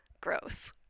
gross